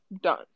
Done